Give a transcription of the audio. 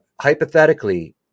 hypothetically